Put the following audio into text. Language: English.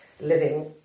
living